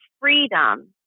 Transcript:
freedom